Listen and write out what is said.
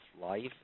life